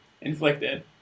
Inflicted